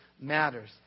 matters